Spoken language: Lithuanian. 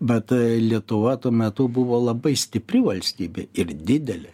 bet lietuva tuo metu buvo labai stipri valstybė ir didelė